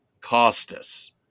Costas